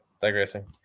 digressing